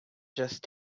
just